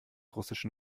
russischen